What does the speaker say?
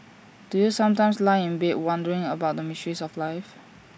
do you sometimes lie in bed wondering about the mysteries of life